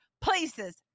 places